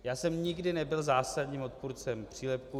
Já jsem nikdy nebyl zásadním odpůrcem přílepků.